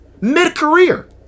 Mid-career